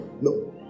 No